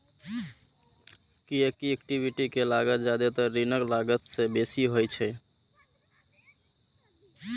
कियैकि इक्विटी के लागत जादेतर ऋणक लागत सं बेसी होइ छै